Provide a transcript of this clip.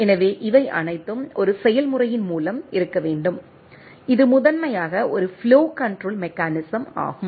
எனவே இவை அனைத்தும் ஒரு செயல்முறையின் மூலம் இருக்க வேண்டும் இது முதன்மையாக ஒரு ஃப்ளோ கண்ட்ரோல் மெக்கானிசம் ஆகும்